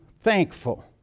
thankful